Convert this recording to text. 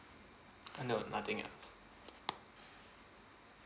uh no nothing else